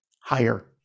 higher